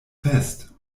fest